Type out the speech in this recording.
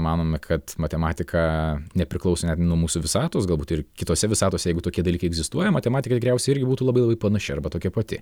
manome kad matematika nepriklauso net nuo mūsų visatos galbūt ir kitose visatose jeigu tokie dalykai egzistuoja matematika tikriausiai irgi būtų labiai labai panaši arba tokia pati